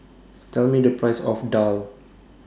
Tell Me The Price of Daal